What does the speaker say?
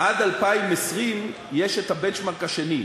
עד 2020 יש ה-benchmark השני.